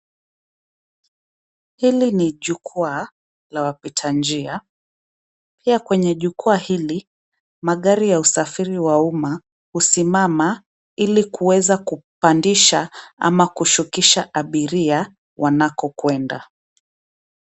Hili ni jukwaa la wapita njia. Pia kwenye jukwaa hili, magari ya usafiri wa umma husimama ili kuweza kupandisha ama kushukisha abiria wanakokwenda.